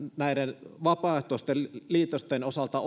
näiden vapaaehtoisten liitosten osalta